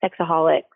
sexaholics